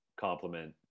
compliment